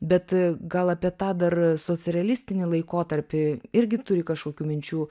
bet gal apie tą dar socialistinį laikotarpį irgi turi kažkokių minčių